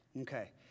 okay